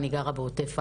אני גרה בעוטף עזה,